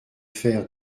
fer